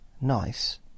Nice